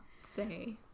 say